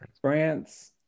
France